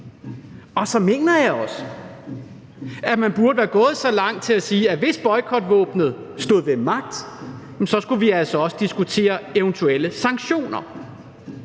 Så mener jeg også, at man burde være gået så langt som til at sige, at hvis boykotvåbenet stod ved magt, skulle vi altså også diskutere eventuelle sanktioner.